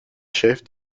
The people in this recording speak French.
chefs